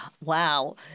Wow